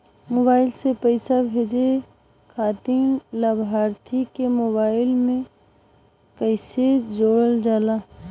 Mobile से रूपया भेजे खातिर लाभार्थी के मोबाइल मे कईसे जोड़ल जाला?